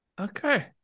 Okay